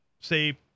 say